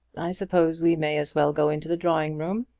i suppose we may as well go into the drawing-room.